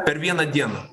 per vieną dieną